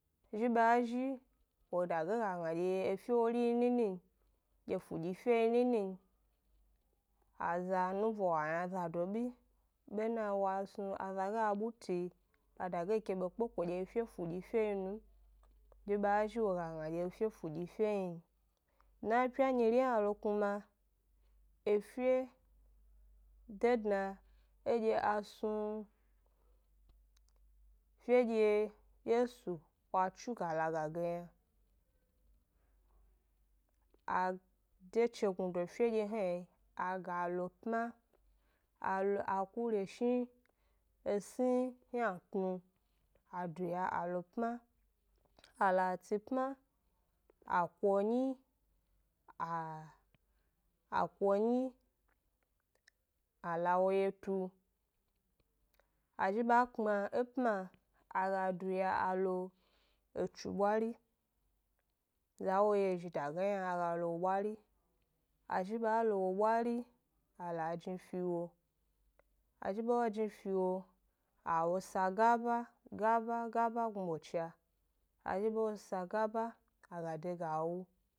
Zhi ba zhi, wo dageyi ga gna dye efe wori yi nini n, dye fudyi fe yi nini n, aza nubo wa yna zado bi, bena wa snu aza ga buti, ba dageyi ke be kpeko dye efe fudyi fe yi nu m, zhi ba zhi wo ga gna dye efe fudyi fe yi n, dna epya nyiri hna lo kuma, efe de dna edye a snu, fedye yesu wa tsu ga laga ge yna, a de chegnudo fedye hna yi, a ga lo pma, a lo a kureshni esni ynatnu, a duya a lo pma, a la tsi pma, a ko nyi, a ko 'nyi a la wo 'ye tu, azhi ba kpma e pma, a ga duya a lo etsu bwari, za wo yi ezhi dageyi yna a ga lo wo bwari, a zhi ba lo wo bwari, a la jni fi wo, a zhi ba jni fi wo, a wo sa gaba, gaba, gaba gnu bocha, a zhi ba wo sa gaba a ga de ga wu